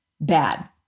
bad